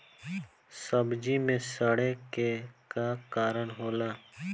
सब्जी में सड़े के का कारण होला?